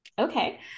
Okay